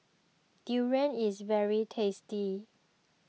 Durian is very tasty